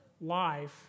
life